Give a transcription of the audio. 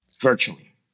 virtually